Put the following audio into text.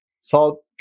Salt